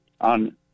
on